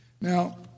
Now